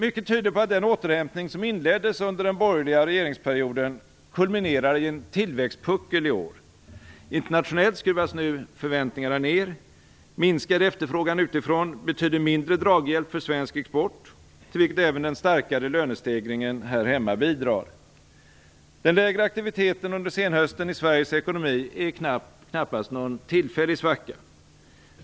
Mycket tyder på att den återhämtning som inleddes under den borgerliga regeringsperioden kulminerar i en tillväxtpuckel i år. Internationellt skruvas nu förväntningarna ned. Minskad efterfrågan utifrån betyder mindre draghjälp för svensk export, till vilket även den starkare lönestegringen här hemma bidrar. Den lägre aktiviteten under senhösten i Sveriges ekonomi är knappast någon tillfällig svacka.